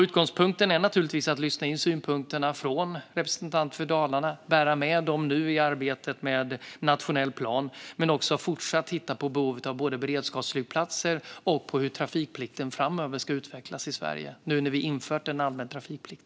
Utgångspunkten är naturligtvis att vi ska lyssna in synpunkterna från representanter för Dalarna och bära med oss dem i arbetet med Nationell plan samt fortsätta titta på behovet av beredskapsflygplatser och på hur trafikplatsen ska utvecklas framöver i Sverige, när vi nu har infört en allmän trafikplikt.